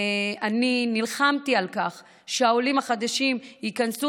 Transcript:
אני נלחמתי על כך שהעולים החדשים ייכנסו